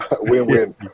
win-win